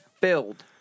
filled